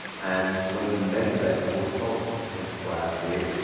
and when you measure their cortisol across the twenty four hour period,